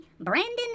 Brandon